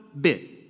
bit